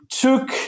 took